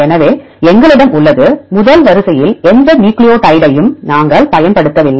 எனவே எங்களிடம் உள்ளது முதல் வரிசையில் எந்த நியூக்ளியோடைடையும் நாங்கள் பயன்படுத்தவில்லை